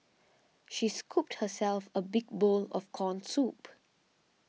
she scooped herself a big bowl of Corn Soup